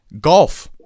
Golf